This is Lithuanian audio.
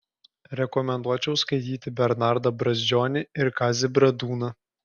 rekomenduočiau skaityti bernardą brazdžionį ir kazį bradūną